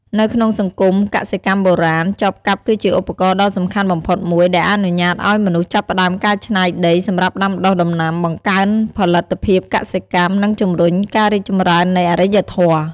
នៅក្នុងសង្គមកសិកម្មបុរាណ ចបកាប់គឺជាឧបករណ៍ដ៏សំខាន់បំផុតមួយ ដែលអនុញ្ញាតឱ្យមនុស្សចាប់ផ្ដើមកែច្នៃដីសម្រាប់ដាំដុះដំណាំ បង្កើនផលិតភាពកសិកម្ម និងជំរុញការរីកចម្រើននៃអរិយធម៌។